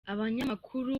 abanyamakuru